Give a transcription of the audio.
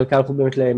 חלקם הלכו למלונות,